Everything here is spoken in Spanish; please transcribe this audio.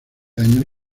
años